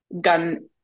gun